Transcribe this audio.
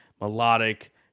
melodic